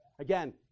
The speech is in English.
Again